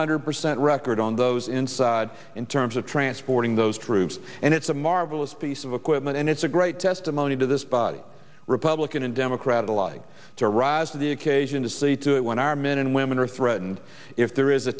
hundred percent record on those inside in terms of transporting those troops and it's a marvelous piece of equipment and it's a great testimony to this body republican and democrat alike to rise to the occasion to see to it when our men and women are threatened if there is a